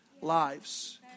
lives